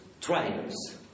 trials